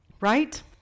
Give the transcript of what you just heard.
Right